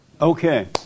Okay